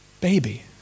baby